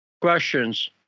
questions